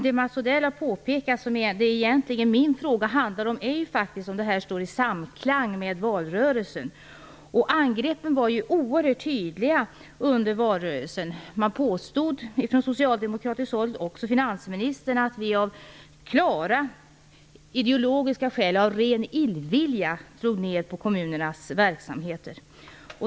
Det Mats Odell har påpekat är vad min fråga handlar om: Står detta i samklang med vad som sades i valrörelsen? Angreppen var oerhört tydliga. Det påstods från socialdemokratiskt håll, också av finansministern, att vi av klara ideologiska skäl och av ren illvilja drog ner på kommunernas verksamheter.